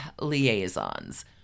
liaisons